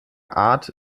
art